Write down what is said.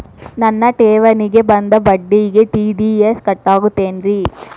ನನ್ನ ಠೇವಣಿಗೆ ಬಂದ ಬಡ್ಡಿಗೆ ಟಿ.ಡಿ.ಎಸ್ ಕಟ್ಟಾಗುತ್ತೇನ್ರೇ?